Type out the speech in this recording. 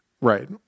Right